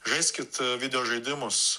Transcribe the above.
žaiskit video žaidimus